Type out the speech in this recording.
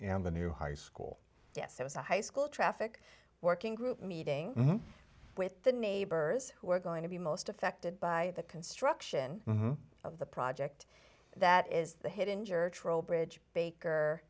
on the new high school yes it was a high school traffic working group meeting with the neighbors who are going to be most affected by the construction of the project that is the hit injure trowbridge baker